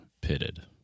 pitted